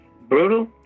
brutal